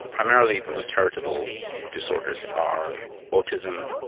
primarily the most heritable disorders are autism,